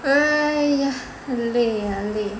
!aiya! 很累很累